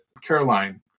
Caroline